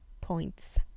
points